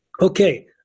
Okay